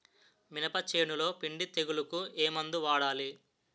మినప చేనులో పిండి తెగులుకు ఏమందు వాడాలి?